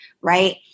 right